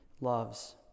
loves